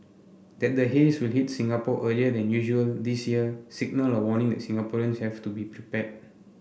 that the haze will hit Singapore earlier than usual this year signalled a warning that Singaporeans have to be prepared